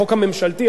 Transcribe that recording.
החוק הממשלתי,